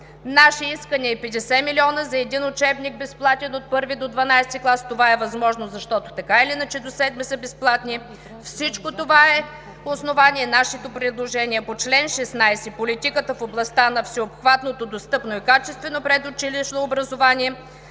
Нашето искане е 50 милиона за един безплатен учебник от I до XII клас. Това е възможно, защото така или иначе до VII клас са безплатни, всичко това е основание за нашето предложение по чл. 16: политиката в областта на всеобхватното, достъпно и качествено предучилищно образование